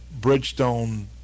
Bridgestone